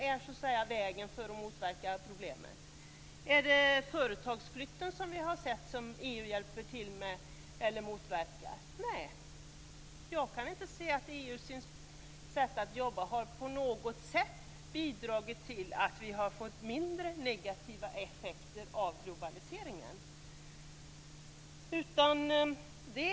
Är banankriget vägen att motverka problemen, eller den företagsflykt som vi har sett och som EU hjälper till med? Nej, jag kan inte se att EU:s sätt att arbeta på något vis har bidragit till mindre negativa effekter av globaliseringen.